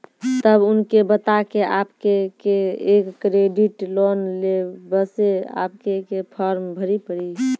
तब उनके बता के आपके के एक क्रेडिट लोन ले बसे आपके के फॉर्म भरी पड़ी?